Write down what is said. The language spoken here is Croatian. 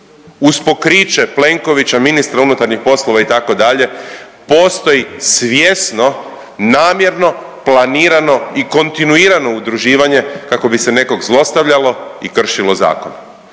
uz pokriće Plenkovića, ministra unutarnjih poslova itd. postoji svjesno namjerno planirano i kontinuirano udruživanje kako bi se nekog zlostavljalo i kršilo zakon.